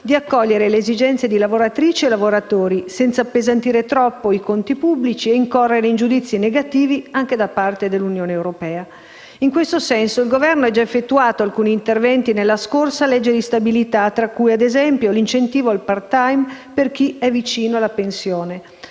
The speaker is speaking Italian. di accogliere le esigenze di lavoratrici e lavoratori, senza appesantire troppo i conti pubblici e incorrere in giudizi negativi anche da parte dell'Unione europea. In questo senso, il Governo ha già effettuato alcuni interventi nella scorsa legge di stabilità, tra cui, ad esempio, l'incentivo al *part-time* per chi è vicino alla pensione.